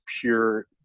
pure